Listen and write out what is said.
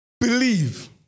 Believe